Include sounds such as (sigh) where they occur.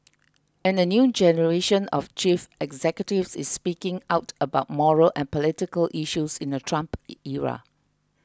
and a new generation of chief executives is speaking out about moral and political issues in the Trump (hesitation) era